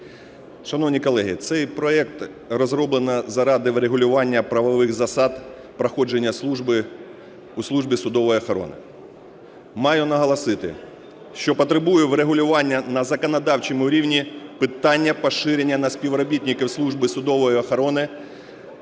Шановні колеги, цей проект розроблено заради врегулювання правових засад проходження служби у Службі судової охорони. Маю наголосити, що потребує врегулювання на законодавчому рівні питання поширення на співробітників Служби судової охорони